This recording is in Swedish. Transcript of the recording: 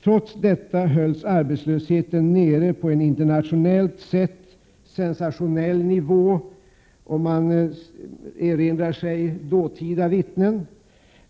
Trots detta hölls arbetslösheten nere på en internationellt sett sensationell nivå, om man erinrar sig dåtida vittnen.